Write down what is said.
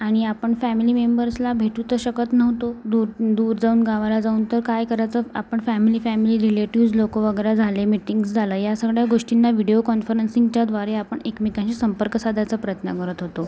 आणि आपण फॅमिली मेंबर्सला भेटू तर शकत नव्हतो दूर दूर जाऊन गावाला जाऊन तर काय करायचं आपण फॅमिली फॅमिली रिलेटीव्ह्ज लोक वगैरा झाले मिटींग्ज झालं या सगळ्या गोष्टींना व्हिडिओ कॉन्फरंसिंगच्या द्वारे आपण एकमेकांशी संपर्क साधायचा प्रयत्न करत होतो